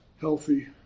healthy